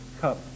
cup